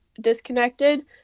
disconnected